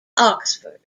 oxford